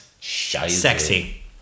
sexy